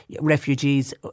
refugees